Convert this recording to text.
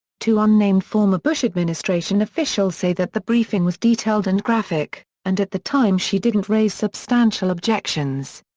two unnamed former bush administration officials say that the briefing was detailed and graphic, and at the time she didn't raise substantial objections.